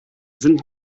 sind